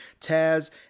Taz